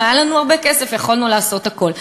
אם היה לנו הרבה כסף יכולנו לעשות הכול.